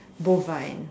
bovine